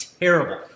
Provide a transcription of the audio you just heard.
terrible